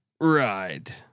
ride